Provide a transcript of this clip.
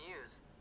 news